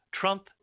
Trump